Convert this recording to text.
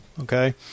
Okay